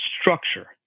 structure